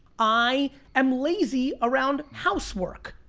i am lazy around housework.